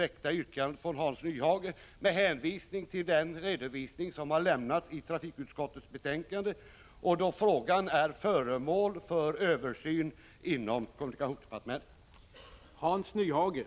Jag hänvisar till den redovisning som lämnats i trafikutskottets betänkande och till att frågan är föremål för översyn inom kommunikationsdepartementet.